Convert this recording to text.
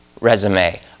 resume